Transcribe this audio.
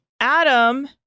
Adam